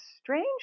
strange